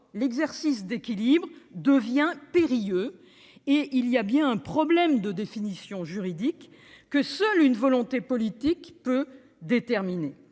l'exercice d'équilibre devient périlleux, et il existe bien un problème de définition juridique que seule une volonté politique peut déterminer.